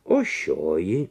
o šioji